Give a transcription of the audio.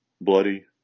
bloody